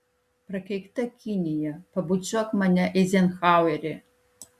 prakeikta kinija pabučiuok mane eizenhaueri